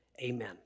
amen